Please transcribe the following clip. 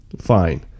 fine